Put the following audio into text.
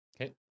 Okay